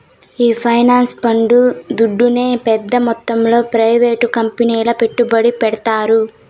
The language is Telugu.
ఈ పెన్సన్ పండ్లు దుడ్డునే పెద్ద మొత్తంలో ప్రైవేట్ కంపెనీల్ల పెట్టుబడి పెడ్తాండారు